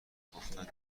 گفتند